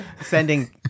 Sending